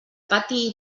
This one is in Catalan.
pati